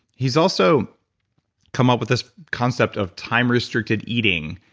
he's also come up with this concept of time restricted eating.